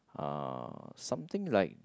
uh something like